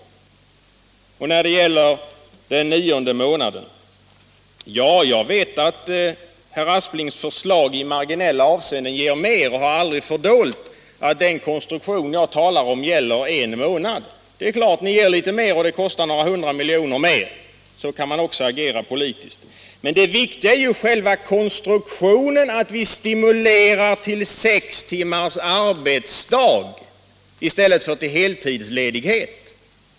Vad sedan gäller frågan om den nionde månaden är jag medveten om att herr Asplings förslag i marginella avseenden ger mer. Jag har heller aldrig fördolt att den konstruktion jag talar om avser en månad. Det är klart att ert förslag ger litet mer på den här punkten, och det kostar några hundra miljoner till. Så kan man också agera politiskt. Men det viktiga är själva konstruktionen, dvs. att vi stimulerar till sex timmars arbetsdag i stället för till heltidsledighet.